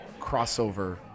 crossover